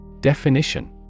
Definition